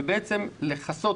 אלא בעצם לכסות,